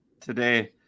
today